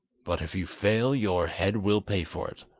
but if you fail your head will pay for it